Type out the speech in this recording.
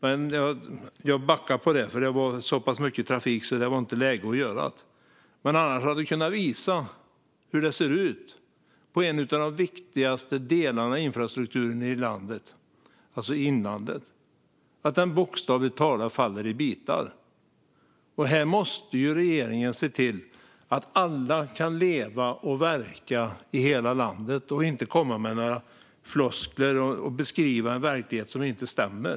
Men jag backade på det eftersom det var så mycket trafik och inte läge. Annars hade jag kunnat visa hur det ser ut på en av de viktigaste vägarna i inlandet, att den bokstavligt talat faller i bitar. Regeringen måste se till att alla kan leva och verka i hela landet och inte komma med floskler och beskriva en verklighet som inte stämmer.